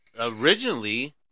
originally